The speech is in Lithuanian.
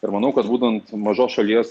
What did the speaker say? ir manau kad būtent mažos šalies